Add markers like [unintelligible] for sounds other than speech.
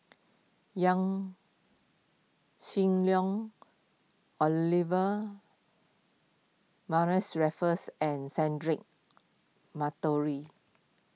Yaw Shin Leong Olivia [unintelligible] Raffles and Cedric Monteiro